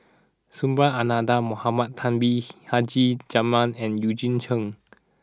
Subhas Anandan Mohamed Taha Haji Jamil and Eugene Chen